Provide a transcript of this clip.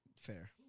Fair